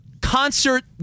concert